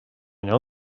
know